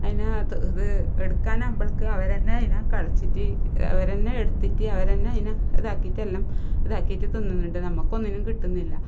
അതിനെ അത് എടുക്കാനാകുമ്പോളേക്കും അവരന്നെ അതിനെ കിളച്ചിട്ട് അവരന്നെ എടുത്തിട്ട് അവരന്നെ ഇതിനെ ഇതാകിട്ട് എല്ലാം ഇതാക്കിയിട്ട് തിന്നുന്നുണ്ട് നമുക്ക് ഒന്നിനും കിട്ടുന്നില്ല